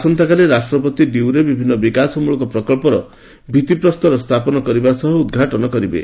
ଆସନ୍ତାକାଲି ରାଷ୍ଟ୍ରପତି ଡିୟୁରେ ବିଭିନ୍ନ ବିକାଶମୂଳକ ପ୍ରକ୍ଷର ଭିତ୍ତିପ୍ରସ୍ତର ସ୍ଥାପନ କରିବା ସହ ଉଦ୍ଘାଟନ କରିବେ